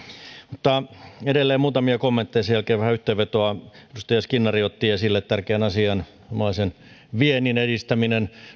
mutta edelleen muutamia kommentteja ja sen jälkeen vähän yhteenvetoa edustaja skinnari otti esille tärkeän asian suomalaisen viennin edistämisen no